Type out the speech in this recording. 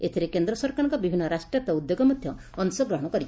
ଏଥିରେ କେନ୍ଦ ସରକାରଙ୍କ ବିଭିନ୍ ରାଷ୍ଟ୍ରାୟତ ଉଦ୍ୟୋଗ ମଧ୍ଧ ଅଂଶଗ୍ରହଣ କରିଛନ୍ତି